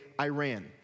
Iran